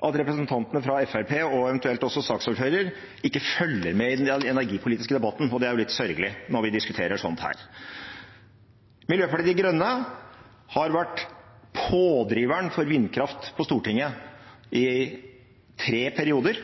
at representantene fra Fremskrittspartiet, og eventuelt også saksordføreren, ikke følger med i den energipolitiske debatten. Det er litt sørgelig når vi diskuterer slikt som dette. Miljøpartiet De Grønne har vært pådriveren for vindkraft på Stortinget i tre perioder.